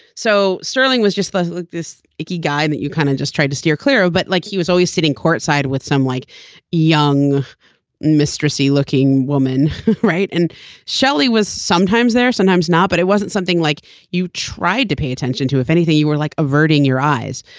so sterling was just this icky guy that you kind of just tried to steer clear of but like he was always sitting courtside with some like young mistresses looking woman right. and shelly was sometimes there sometimes not. but it wasn't something like you tried to pay attention to if anything you were like averting your eyes.